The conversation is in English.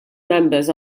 members